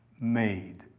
made